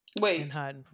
wait